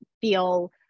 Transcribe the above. feel